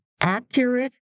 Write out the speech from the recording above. accurate